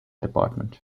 department